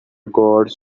gods